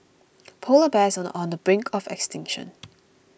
Polar Bears are on the brink of extinction